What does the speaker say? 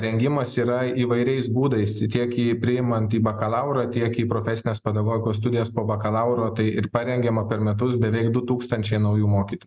rengimas yra įvairiais būdais tiek į priimant į bakalaurą tiek į profesines pedagogikos studijas po bakalauro tai ir parengiama per metus beveik du tūkstančiai naujų mokytojų